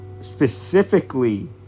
specifically